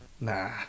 Nah